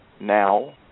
now